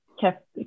kept